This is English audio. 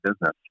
business